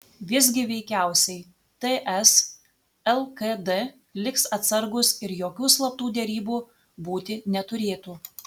visgi veikiausiai ts lkd liks atsargūs ir jokių slaptų derybų būti neturėtų